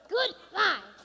Goodbye